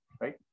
right